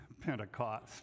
Pentecost